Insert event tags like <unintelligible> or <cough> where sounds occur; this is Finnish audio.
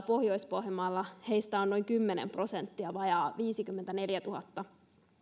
<unintelligible> pohjois pohjanmaata niin siellä heistä on noin kymmenen prosenttia vajaa viisikymmentäneljätuhatta